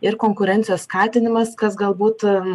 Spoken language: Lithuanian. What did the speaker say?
ir konkurencijos skatinimas kas galbūt